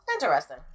interesting